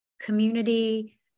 community